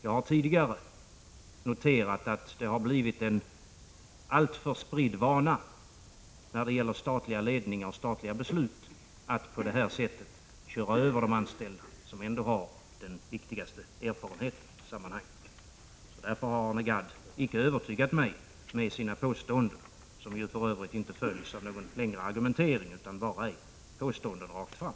Jag har tidigare noterat att det har blivit en alltför spridd vana, då det gällt statlig ledning och statliga beslut, att man på detta sätt kör över de anställda som ju ändå har den viktigaste erfarenheten i sammanhanget. Därför har Arne Gadd icke övertygat mig med sina påståenden, som ju för Övrigt inte följs av någon längre argumentering utan bara är påståenden rakt ut.